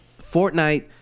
Fortnite